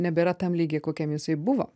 nebėra tam lygy kokiam jisai buvo